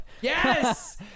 Yes